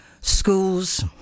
schools